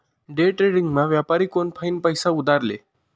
डेट्रेडिंगमा व्यापारी कोनफाईन पैसा उधार ले